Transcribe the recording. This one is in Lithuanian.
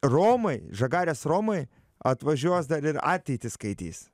romai žagarės romai atvažiuos dar ir ateitį skaitys